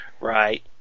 Right